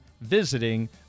visiting